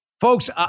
Folks